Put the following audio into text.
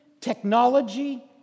technology